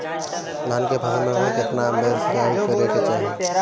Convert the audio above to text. धान के फसल मे लगभग केतना बेर सिचाई करे के चाही?